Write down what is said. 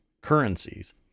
currencies